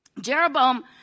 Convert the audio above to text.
Jeroboam